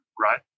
right